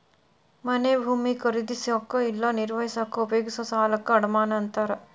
ಮನೆ ಭೂಮಿ ಖರೇದಿಸಕ ಇಲ್ಲಾ ನಿರ್ವಹಿಸಕ ಉಪಯೋಗಿಸೊ ಸಾಲಕ್ಕ ಅಡಮಾನ ಅಂತಾರ